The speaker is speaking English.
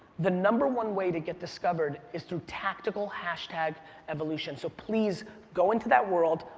the number one way to get discovered is through tactical hashtag evolution. so please go into that world,